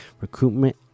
recruitment